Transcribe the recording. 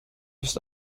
ist